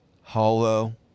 hollow